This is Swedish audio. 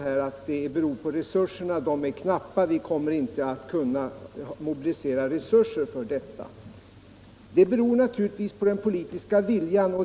Finansministern säger att resurserna är knappa och inte kan mobiliseras för detta ändamål. Men det beror också på den politiska viljan.